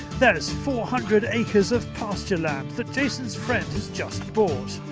there's four hundred acres of pasture land that jason's friend has just bought.